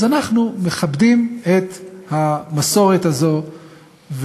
אז אנחנו מכבדים את המסורת הזאת,